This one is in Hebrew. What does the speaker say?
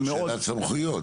זו שאלת סמכויות.